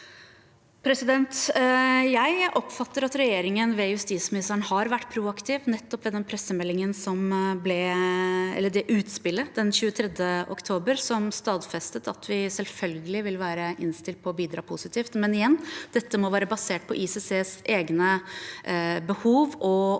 Jeg oppfatter at regjeringen ved justismi- nisteren har vært proaktiv nettopp ved det utspillet den 23. oktober, som stadfestet at vi selvfølgelig vil være innstilt på å bidra positivt. Men igjen: Dette må være basert på ICCs egne behov og ønsker,